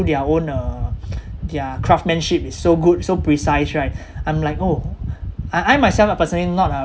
their own uh their craftsmanship is so good so precise right I'm like oh I I myself personally not a